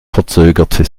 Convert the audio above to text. verzögerte